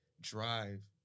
drive